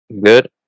good